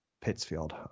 Pittsfield